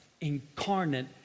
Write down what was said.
incarnate